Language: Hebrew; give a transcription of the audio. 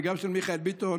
וגם של חבר הכנסת מיכאל ביטון,